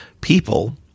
people